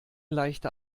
leichte